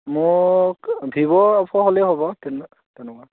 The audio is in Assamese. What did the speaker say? মোক ভিভ' অপ' হ'লেই হ'ব তেনকুৱা তেনেকুৱা